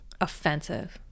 Offensive